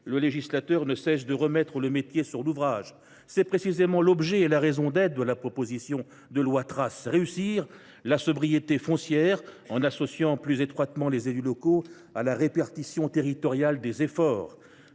le législateur n’a de cesse de remettre l’ouvrage sur le métier. C’est précisément l’objet et la raison d’être de la proposition de loi Trace : réussir la sobriété foncière en associant plus étroitement les élus locaux à la répartition territoriale des efforts.